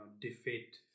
defeat